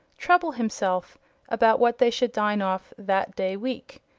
trouble himself about what they should dine off that day week.